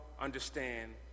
understand